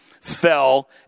fell